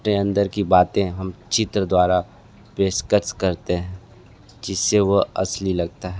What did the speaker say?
अपने अंदर की बातें हम चित्र द्वारा पेशकश करते हैं जिस से वह असली लगता है